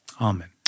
Amen